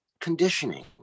conditioning